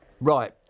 Right